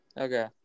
okay